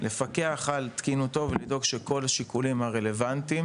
לפקח על תקינותו ולדאוג שכל השיקולים הרלוונטיים